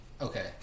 Okay